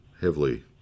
heavily